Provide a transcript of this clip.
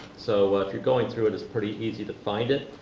so if you're going through it it's pretty easy to find it.